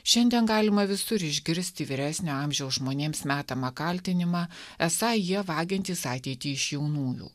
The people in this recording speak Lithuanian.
šiandien galima visur išgirsti vyresnio amžiaus žmonėms metamą kaltinimą esą jie vagiantys ateitį iš jaunųjų